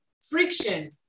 friction